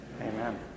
Amen